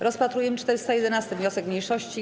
Rozpatrujemy 411. wniosek mniejszości.